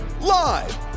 live